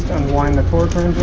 unwind the torque